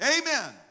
Amen